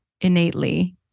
innately